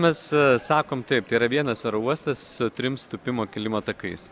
mes sakom taip tai yra vienas oro uostas su trims tūpimo kilimo takais